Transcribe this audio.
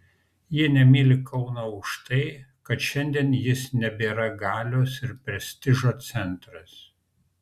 jie nemyli kauno už tai kad šiandien jis nebėra galios ir prestižo centras